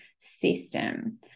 System